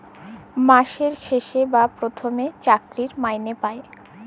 মাসের শেষে বা পথমে চাকরি ক্যইরে মাইলে পায়